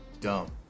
dumb